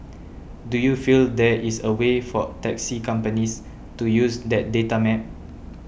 do you feel there is a way for taxi companies to use that data map